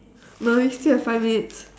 no we still have five minutes